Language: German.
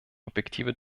objektive